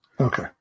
Okay